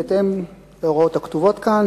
בהתאם להוראות הכתובות כאן,